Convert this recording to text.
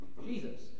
Jesus